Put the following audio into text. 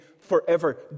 forever